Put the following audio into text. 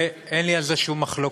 ואין לי על זה שום מחלוקת,